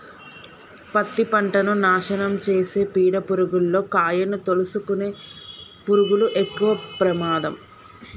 పత్తి పంటను నాశనం చేసే పీడ పురుగుల్లో కాయను తోలుసుకునే పురుగులు ఎక్కవ ప్రమాదం